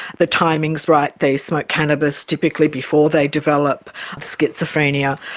the timing is right, they smoke cannabis typically before they develop schizophrenia,